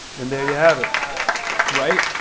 and there you have it! i